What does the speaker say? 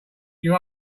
you